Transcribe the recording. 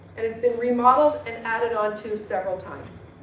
and has been remodeled and added on to several times.